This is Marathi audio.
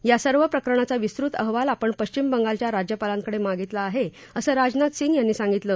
या सर्व प्रकरणाचा विस्तृत अहवाल आपण पश्चिम बंगालच्या राज्यपालांकडे मागितला आहे असं राजनाथ सिंग यांनी सांगितलं